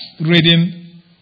reading